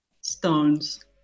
Stones